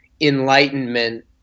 enlightenment